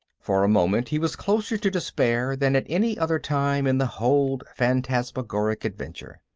for a moment, he was closer to despair than at any other time in the whole phantasmagoric adventure.